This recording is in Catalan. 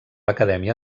acadèmia